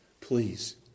Please